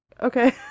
okay